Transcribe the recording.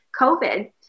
COVID